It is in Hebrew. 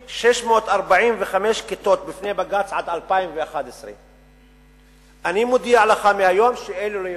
645 כיתות עד 2011. אני מודיע לך היום שאלה לא ייבנו.